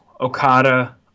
Okada